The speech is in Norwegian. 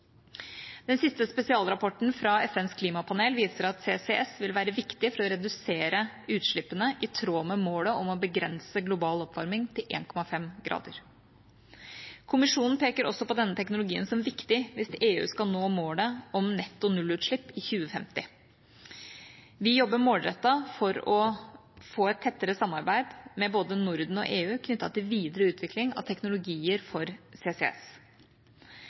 Den siste spesialrapporten fra FNs klimapanel viser at CCS vil være viktig for å redusere utslippene i tråd med målet om å begrense global oppvarming til 1,5 grader. Kommisjonen peker også på denne teknologien som viktig hvis EU skal nå målet om netto nullutslipp i 2050. Vi jobber målrettet for å få et tettere samarbeid med både Norden og EU knyttet til videre utvikling av teknologier for CCS.